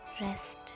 rest